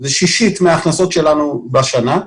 זה שישית מההכנסות שלנו בשנה,